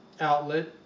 outlet